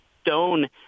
stone